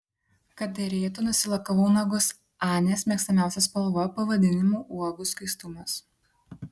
kad derėtų nusilakavau nagus anės mėgstamiausia spalva pavadinimu uogų skaistumas